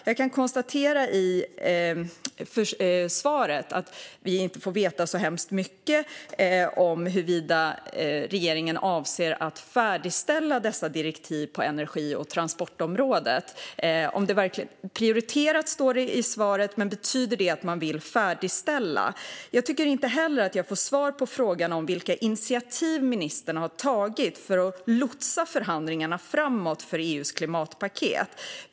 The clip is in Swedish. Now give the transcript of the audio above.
Jag kan konstatera att vi i svaret inte får veta så hemskt mycket om huruvida regeringen avser att färdigställa dessa direktiv på energi och transportområdet. Förhandlingarna är "prioriterade", säger ministern i svaret, men betyder det att man vill färdigställa direktiven? Jag tycker inte heller att jag får svar på frågan om vilka initiativ ministern har tagit för att lotsa förhandlingarna om EU:s klimatpaket framåt.